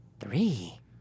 Three